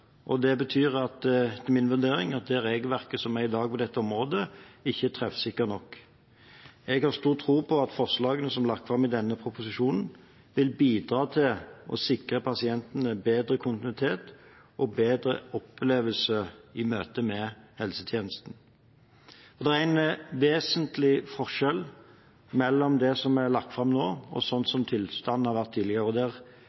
Det betyr etter min vurdering at det regelverket som er i dag på dette området, ikke er treffsikkert nok. Jeg har stor tro på at forslagene som er lagt fram i denne proposisjonen, vil bidra til å sikre pasientene bedre kontinuitet og en bedre opplevelse i møte med helsetjenesten. Det er en vesentlig forskjell mellom det som er lagt fram nå, og sånn som tilstanden har vært tidligere. Der